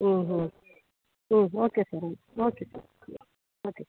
ಹ್ಞೂ ಹ್ಞೂ ಹ್ಞೂ okay sir okay okay sir okay